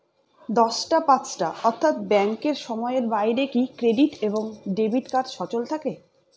দশটা পাঁচটা অর্থ্যাত ব্যাংকের সময়ের বাইরে কি ক্রেডিট এবং ডেবিট কার্ড সচল থাকে?